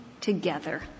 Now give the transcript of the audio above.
together